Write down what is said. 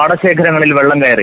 പാടശേഖരങ്ങളിൽ വെള്ളം കയറി